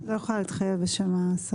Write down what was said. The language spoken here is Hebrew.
אני לא יכולה להתחייב בשם השר.